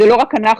וזה לא רק אנחנו,